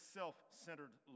self-centered